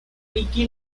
mickey